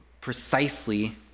precisely